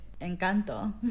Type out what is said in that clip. Encanto